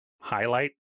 highlight